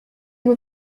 were